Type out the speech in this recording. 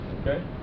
okay